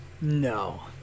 No